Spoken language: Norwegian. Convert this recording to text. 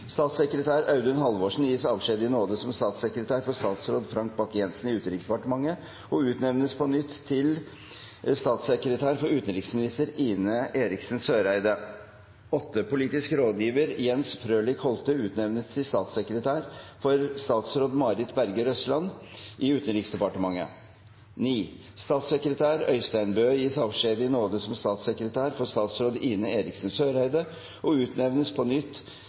Statssekretær Audun Halvorsen gis avskjed i nåde som statssekretær for statsråd Frank Bakke-Jensen i Utenriksdepartementet og utnevnes på nytt til statssekretær for utenriksminister Ine Eriksen Søreide. Politisk rådgiver Jens Frølich Holte utnevnes til statssekretær for statsråd Marit Berger Røsland i Utenriksdepartementet. Statssekretær Øystein Bø gis avskjed i nåde som statssekretær for statsråd Ine Eriksen Søreide og utnevnes på nytt